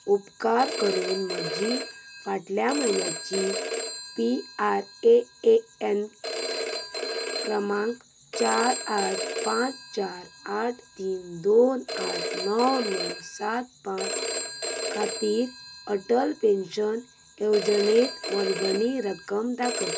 उपकार करून म्हजी फाटल्या म्हयन्याची पी आर ए एन क्रमांक चार आठ पांच चार आठ तीन दोन आठ णव णव सात पांच खातीर अटल पेन्शन येवजणेंत वर्गणी रक्कम दाखय